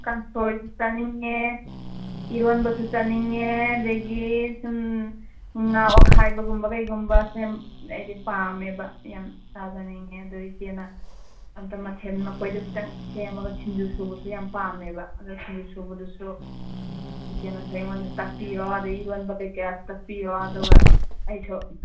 ꯀꯥꯡꯁꯣꯏꯁꯨ ꯆꯥꯅꯤꯡꯉꯦ ꯏꯔꯣꯟꯕꯁꯨ ꯆꯥꯅꯤꯡꯉꯦ ꯑꯗꯒꯤ ꯁꯨꯝ ꯉꯥ ꯑꯣꯠꯈꯥꯏꯕꯒꯨꯝꯕ ꯀꯩꯒꯨꯝꯕꯁꯦ ꯍꯥꯏꯗꯤ ꯄꯥꯝꯃꯦꯕ ꯌꯥꯝ ꯆꯥꯖꯅꯤꯡꯉꯦ ꯑꯗꯣ ꯏꯆꯦꯅ ꯑꯃꯇꯥ ꯃꯊꯦꯜ ꯂꯨꯀꯣꯏꯗꯣ ꯈꯤꯇꯪ ꯁꯦꯝꯃꯒ ꯁꯤꯡꯖꯨ ꯁꯨꯕꯁꯨ ꯌꯥꯝ ꯄꯥꯝꯃꯦꯕ ꯑꯗꯣ ꯁꯤꯡꯖꯨ ꯁꯨꯕꯗꯨꯁꯨ ꯀꯩꯅꯣꯁꯦ ꯑꯩꯉꯣꯟꯗꯁꯨ ꯇꯥꯛꯄꯤꯔꯣ ꯑꯗꯒꯤ ꯏꯔꯣꯟꯕ ꯀꯩꯀꯗꯨꯁꯨ ꯇꯥꯛꯄꯤꯔꯣ ꯑꯗꯨꯒ ꯑꯩꯁꯨ